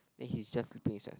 then he's just sleeping